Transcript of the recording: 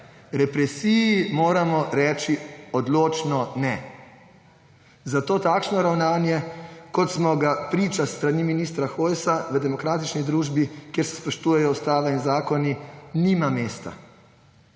Represiji moramo reči odločno ne. Zato takšno ravnanje, kot smo ga priča s strani ministra Hojsa, v demokratični družbi, kjer se spoštujejo ustava in zakoni, nima mesta.